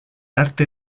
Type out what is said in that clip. arte